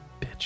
Bitch